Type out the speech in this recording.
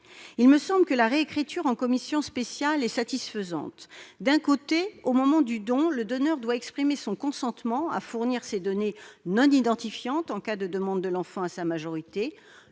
tel qu'il a été réécrit par la commission spéciale, est satisfaisant : d'un côté, au moment du don, le donneur doit exprimer son consentement à fournir ses données non identifiantes en cas de demande de l'enfant à sa majorité